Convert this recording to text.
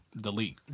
Delete